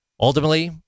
Ultimately